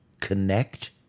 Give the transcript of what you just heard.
connect